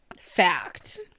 Fact